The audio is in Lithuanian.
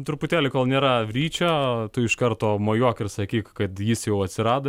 truputėlį kol nėra ryčio tu iš karto mojuok ir sakyk kad jis jau atsirado